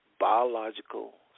biological